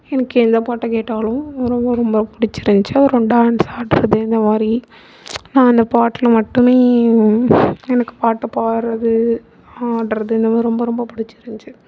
எனக்கு எந்தப் பாட்டக் கேட்டாலும் ரொம்ப ரொம்ப பிடிச்சிருந்திச்சி அப்புறம் டான்ஸ் ஆடுறது இந்தமாரி நான் இந்த பாட்டில மட்டுமே எனக்கு பாட்டுப் பாடுறது ஆடுறது இந்த மாரி ரொம்ப ரொம்ப பிடிச்சிருந்துச்சி